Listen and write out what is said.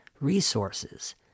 resources